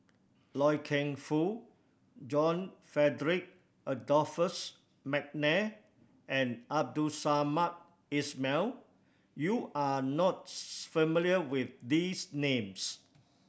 Loy Keng Foo John Frederick Adolphus McNair and Abdul Samad Ismail you are not familiar with these names